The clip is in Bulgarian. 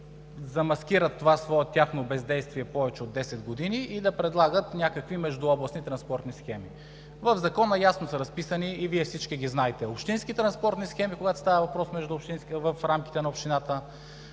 да замаскират това тяхно бездействие повече от десет години и да предлагат някакви междуобластни транспортни схеми. В Закона ясно са разписани и Вие всички ги знаете – общински транспортни схеми, когато става въпрос в рамките на общината;